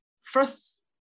first